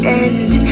end